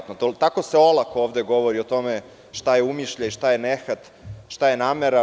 Tako se olako ovde govori o tome šta je umišljaj, šta je nehat, šta je namera.